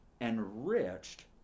enriched